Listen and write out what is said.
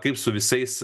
kaip su visais